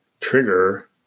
trigger